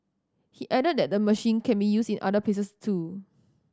he added that the machine can be used in other places too